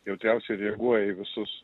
jautriausiai reaguoja į visus